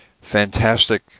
Fantastic